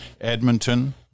Edmonton